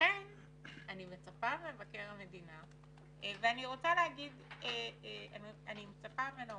ולכן אני מצפה ממבקר המדינה, אני מצפה ממנו